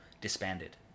disbanded